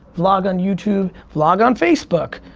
vlog on youtube, vlog on facebook,